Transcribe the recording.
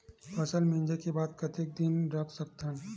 फसल मिंजे के बाद कतेक दिन रख सकथन?